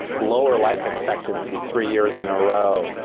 lower life expectancy three years in a row.